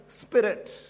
Spirit